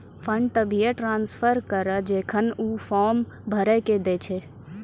fund तभिये transfer करऽ जेखन ऊ फॉर्म भरऽ के दै छै